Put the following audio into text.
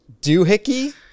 doohickey